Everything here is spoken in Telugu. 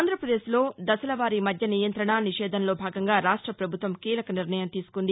ఆంధ్రప్రదేశ్లో దశలవారీ మద్య నియంత్రణ నిషేధంలో భాగంగా రాష్ట ప్రభుత్వం కీలకనిర్ణయం తీసుకుంది